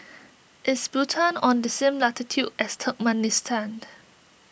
is Bhutan on the same latitude as Turkmenistan